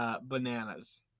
bananas